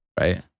Right